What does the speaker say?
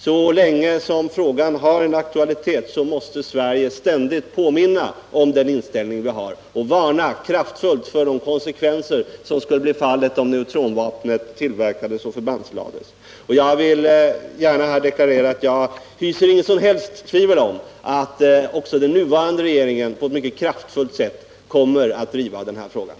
Så länge frågan har aktualitet måste Sverige ständigt påminna om den inställning vi har och bestämt varna för de konsekvenser en tillverkning och förbandsläggning av neutronvapnet skulle få. Jag vill gärna deklarera att jag inte hyser något som helst tvivel om att även den nuvarande regeringen på ett mycket kraftfullt sätt kommer att driva den här frågan.